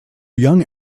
young